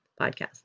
Podcast